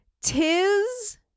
tis